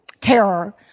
terror